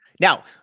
Now